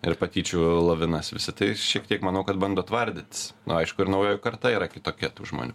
ir patyčių lavinas visi tai šiek tiek manau kad bando tvardytis nu aišku ir naujoji karta yra kitokia tų žmonių